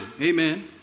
amen